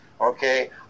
okay